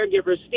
caregiver's